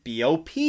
BOP